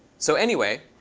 so, anyway,